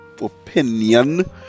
opinion